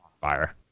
fire